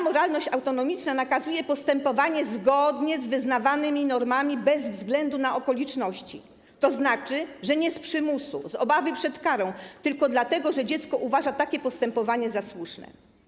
Moralność autonomiczna nakazuje postępowanie zgodnie z wyznawanymi normami bez względu na okoliczności, tzn. nie z przymusu, z obawy przed karą, tylko dlatego, że dziecko uważa takie postępowanie za słuszne.